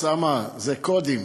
אוסאמה, זה קודים.